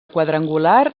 quadrangular